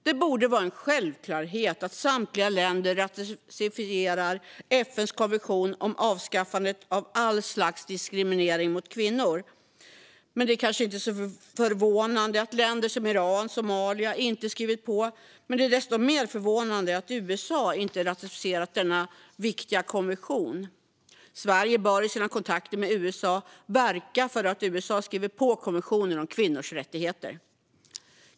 Det borde vara en självklarhet att samtliga länder ratificerar FN:s konvention om avskaffande av all slags diskriminering av kvinnor. Det är kanske inte så förvånande att länder som Iran och Somalia inte har skrivit på, men det är desto mer förvånande att USA inte har ratificerat denna viktiga konvention. Sverige bör i sina kontakter med USA verka för att USA skriver på konventionen om kvinnors rättigheter.